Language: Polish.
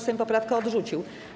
Sejm poprawkę odrzucił.